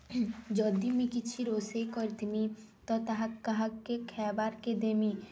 ଯଦି ମୁଁ କିଛି ରୋଷେଇ କରିଥିମି ତ ତାହା କାହାକେ ଖାଇବାର୍କେ ଦେମି